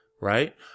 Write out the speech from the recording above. right